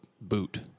boot